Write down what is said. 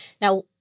Now